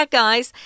guys